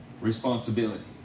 responsibility